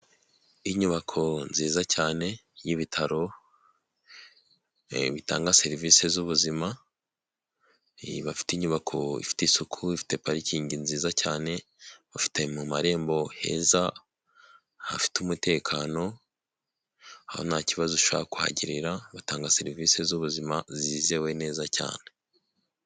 Inyubako nziza cyane y'ibitaro bitanga serivise z'ubuzima bafite inyubako ifite isuku, ifite parikingi nziza cyane ba bafite mu marembo heza, hafite umutekano, aho nta kibazo ushobora kuhagirira batanga serivise z'ubuzima zizewe neza cyane.